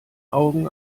augen